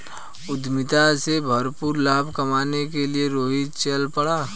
उद्यमिता से भरपूर लाभ कमाने के लिए रोहित चल पड़ा